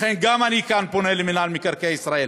לכן גם אני כאן פונה למינהל מקרקעי ישראל,